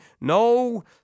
No